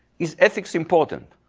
is ethics important?